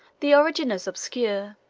the origin is obscure,